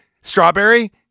strawberry